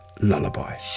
Lullaby